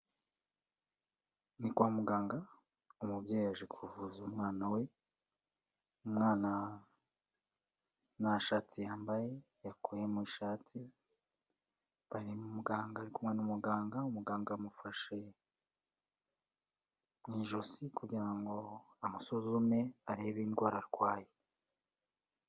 Ni kwa muganga, umubyeyi aje kuvuza umwana we, umwana nta shati yambaye yakuyemo ishati, bari na muganga ari kumwe na muganga, umuganga amufashe mu ijosi kugira ngo amusuzume arebe indwara arwaye.